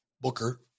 booker